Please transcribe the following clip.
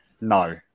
No